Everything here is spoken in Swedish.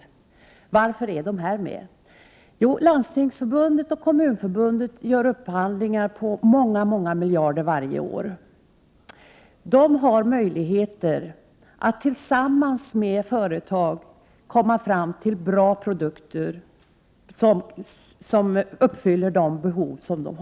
Man frågar sig alltså: Varför är dessa med? Jo, Landstingsförbundet och Kommunförbundet gör upphandlingar för väldigt många miljarder varje år och de har möjligheter att tillsammans med företag komma fram till bra produkter, till produkter som uppfyller de krav som ställs.